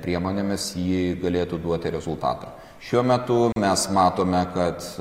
priemonėmis ji galėtų duoti rezultatą šiuo metu mes matome kad